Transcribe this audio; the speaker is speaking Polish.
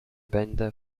będę